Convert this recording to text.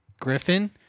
Griffin